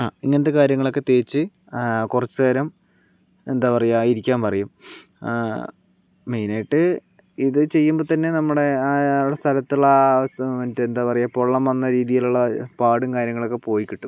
ആ ഇങ്ങനത്തെ കാര്യങ്ങളൊക്കെ തേച്ച് കുറച്ചു നേരം എന്താ പറയുക ഇരിക്കാൻ പറയും മെയിൻ ആയിട്ട് ഇത് ചെയ്യുമ്പോൾ തന്നെ നമ്മുടെ ആ അവിടെ സ്ഥലത്തുള്ള ആ മറ്റേ എന്താ പറയുക പൊള്ള വന്ന രീതിയിലുള്ള പാടും കാര്യങ്ങളൊക്കെ പോയിക്കിട്ടും